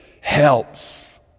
helps